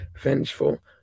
vengeful